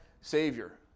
Savior